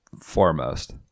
foremost